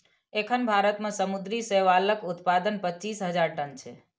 एखन भारत मे समुद्री शैवालक उत्पादन पच्चीस हजार टन छै